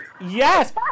Yes